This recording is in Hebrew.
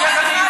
איך אני?